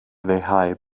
leihau